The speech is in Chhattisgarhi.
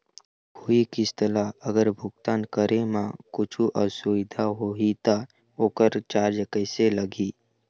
कोई किस्त ला अगर भुगतान करे म कुछू असुविधा होही त ओकर चार्ज कैसे लगी?